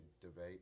debate